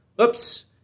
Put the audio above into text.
oops